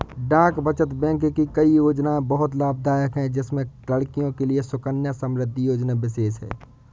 डाक बचत बैंक की कई योजनायें बहुत लाभदायक है जिसमें लड़कियों के लिए सुकन्या समृद्धि योजना विशेष है